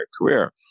career